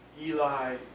Eli